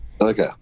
Okay